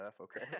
Okay